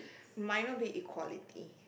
minor be equality